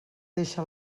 deixa